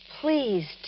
please